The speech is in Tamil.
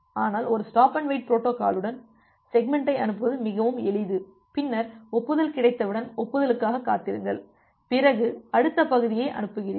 ஆனால் ஒரு ஸ்டாப் அண்டு வெயிட் பொரோட்டோகாலுடன் செக்மண்டை அனுப்புவது மிகவும் எளிது பின்னர் ஒப்புதல் கிடைத்தவுடன் ஒப்புதலுக்காக காத்திருங்கள் பிறகு அடுத்த பகுதியை அனுப்புகிறீர்கள்